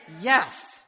yes